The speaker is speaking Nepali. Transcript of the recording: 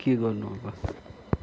के गर्नु अब